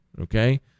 okay